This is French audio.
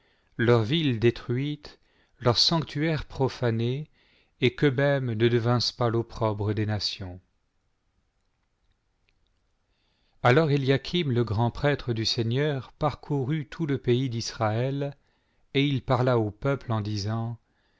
leurs villes détruites leur sanctuaire profané et qu'eux-mêmes ne devinssent pas l'opprobre des nations alors éliachim le grand prêtre du seigneur parcourut tout le pays d'israël et il parla au peuple en disant